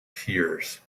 tears